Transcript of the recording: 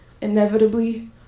inevitably